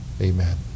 amen